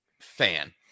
fan